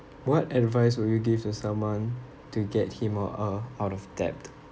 what advice would you give to someone to get him or her out of debt